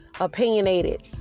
opinionated